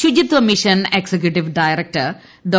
ശുചിത്വമിഷൻ executive director Dr